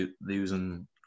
losing